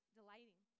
delighting